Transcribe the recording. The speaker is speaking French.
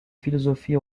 philosophie